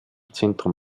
zentrum